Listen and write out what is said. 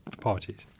parties